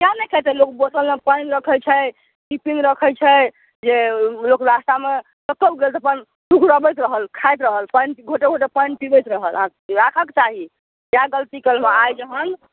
किए नइ खेतै लोक बोतलमे पानि रखै छै टिफिन रखै छै जे लोक रास्तामे कतौ गेल तऽ अपन टुघराबैत रहल खाइत रहल पानि घोंटे घोंटे पानि पिबैत रहल आओर राखक चाही इएह गलती केलौहँ आइ जहन